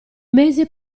mesi